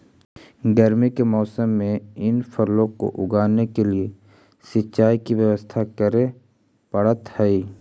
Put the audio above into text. गर्मी के मौसम में इन फलों को उगाने के लिए सिंचाई की व्यवस्था करे पड़अ हई